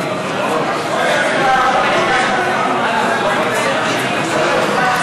להעביר לוועדה את הצעת חוק-יסוד: הממשלה (תיקון,